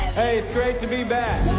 hey, it's great to be back!